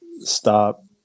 stop